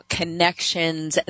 connections